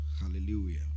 Hallelujah